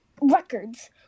records